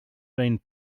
being